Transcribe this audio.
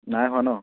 নাই হোৱা ন